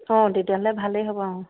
অঁ তেতিয়াহ'লে ভালেই হ'ব অ